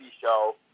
show